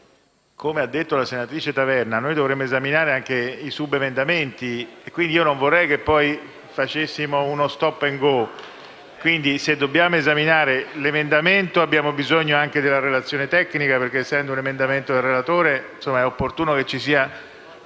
come ha detto la senatrice Taverna, noi dovremo esaminare anche i subemendamenti quindi non vorrei che poi facessimo uno *stop and go*. Se dobbiamo esaminare l'emendamento della relatrice abbiamo bisogno anche della relazione tecnica perché, essendo appunto un emendamento della relatrice, è opportuno che sia